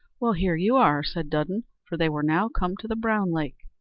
well, here you are, said dudden, for they were now come to the brown lake,